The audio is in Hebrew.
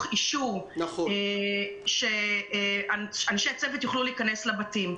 אישור לכך שאנשי צוות יוכלו להיכנס לבתים.